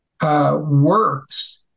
works